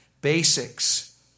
basics